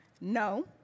No